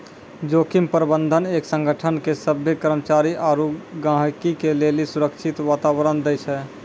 जोखिम प्रबंधन एक संगठन के सभ्भे कर्मचारी आरू गहीगी के लेली सुरक्षित वातावरण दै छै